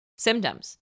Symptoms